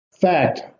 fact